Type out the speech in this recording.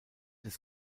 des